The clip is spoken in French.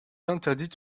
interdite